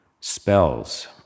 spells